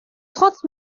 trente